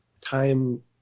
time